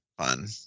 Fun